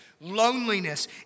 loneliness